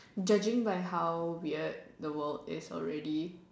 judging by how weird the world is already